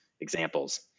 examples